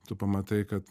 tu pamatai kad